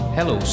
Hello